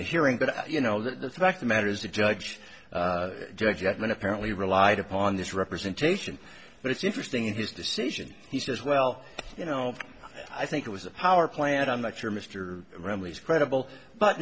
the hearing but you know the fact the matter is the judge judge edwin apparently relied upon this representation but it's interesting in his decision he says well you know i think it was a power plant i'm not sure mr romney's credible but